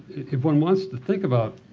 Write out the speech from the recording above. if one wants to think about